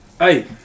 Hey